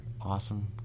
awesome